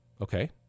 okay